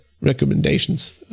recommendations